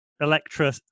Electra